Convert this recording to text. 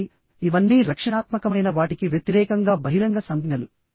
కాబట్టి ఇవన్నీ రక్షణాత్మకమైన వాటికి వ్యతిరేకంగా బహిరంగ సంజ్ఞలు